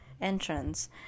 Entrance